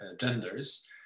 genders